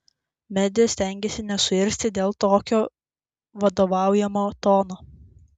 medė stengėsi nesuirzti dėl tokio vadovaujamo tono